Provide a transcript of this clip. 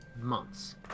months